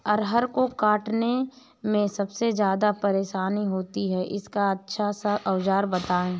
अरहर को काटने में सबसे ज्यादा परेशानी होती है इसका अच्छा सा औजार बताएं?